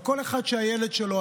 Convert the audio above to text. וכל אחד שהילד שלו,